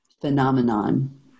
phenomenon